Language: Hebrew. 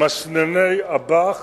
מסנני אב"כ